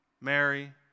Mary